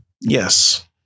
Yes